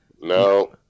no